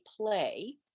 play